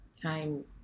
Time